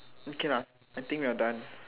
okay lah I think we are done